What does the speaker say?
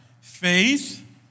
Faith